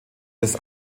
des